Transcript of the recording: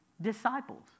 disciples